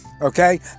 Okay